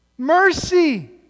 Mercy